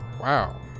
Wow